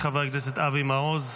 חבר הכנסת אבי מעוז,